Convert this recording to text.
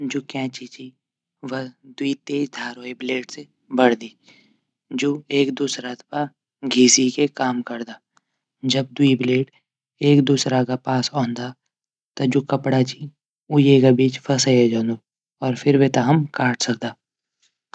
जू कैंची च व दुव्ई तेज धार ब्लेड च जू एक दूशरा तै घीसी की काम करदा। जब दुव्ई ब्लेड एक दूसरा पास आंदा त जू कपडा च येक बीच फंसई जांदू। और फिर वे थे हम काट सकदा।